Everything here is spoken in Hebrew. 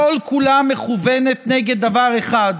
כל-כולה מכוונת נגד דבר אחד,